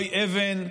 הוי אבן,